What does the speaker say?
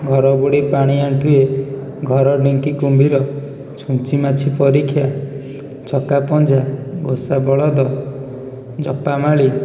ଘର ବୁଡ଼ି ପାଣି ଆଣ୍ଠୁଏ ଘର ଢିଙ୍କି କୁମ୍ଭୀର ଛୁଞ୍ଚି ମାଛି ପରୀକ୍ଷା ଛକା ପଞ୍ଝା ଘୋଷା ବଳଦ ଜପାମାଳି